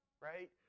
Right